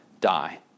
die